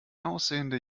aussehende